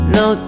no